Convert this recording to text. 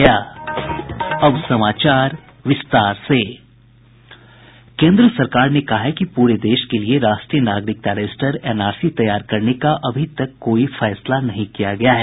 केन्द्र सरकार ने कहा है कि पूरे देश के लिए राष्ट्रीय नागरिकता रजिस्टर एनआरसी तैयार करने का अभी तक कोई फैसला नहीं किया गया है